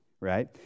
right